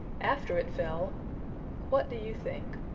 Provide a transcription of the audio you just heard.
after it fell what do you think?